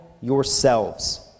yourselves